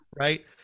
right